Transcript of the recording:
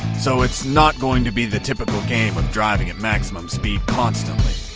so it's not going to be the typical game of driving at maximum speed constantly.